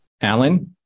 Alan